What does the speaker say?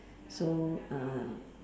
so uh